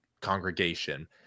congregation